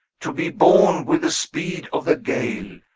to be borne with the speed of the gale,